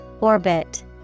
Orbit